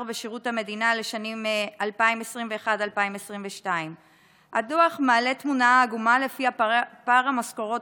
בשירות המדינה לשנים 2022-2021. הדוח מעלה תמונה עגומה שלפיה פער המשכורות